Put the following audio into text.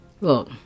Look